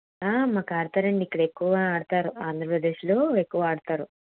మాకు ఆడుతారు అండి ఇక్కడ ఎక్కువగా ఆడుతారు ఆంధ్రప్రదేశ్లో ఎక్కువ ఆడతారు